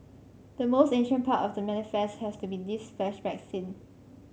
the most ancient part of the manifest has to be this flashback scene